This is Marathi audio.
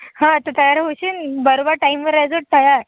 हा तू तयार होशील बरोबर टाइमवर रैजो तयार